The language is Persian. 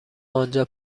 آنجا